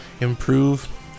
Improve